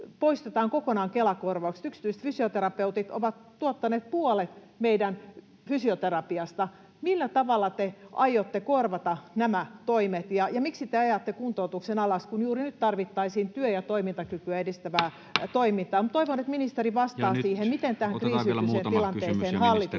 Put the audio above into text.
poistetaan kokonaan Kela-korvaukset. Yksityiset fysioterapeutit ovat tuottaneet puolet meidän fysioterapiasta. Millä tavalla te aiotte korvata nämä toimet, ja miksi te ajatte kuntoutuksen alas, kun juuri nyt tarvittaisiin työ- ja toimintakykyä edistävää toimintaa? Toivon, että ministeri vastaa siihen, miten tähän kriisiytyneeseen tilanteeseen hallitus